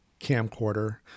camcorder